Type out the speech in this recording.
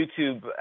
YouTube